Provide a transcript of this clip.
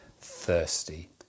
thirsty